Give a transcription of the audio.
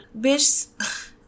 bitch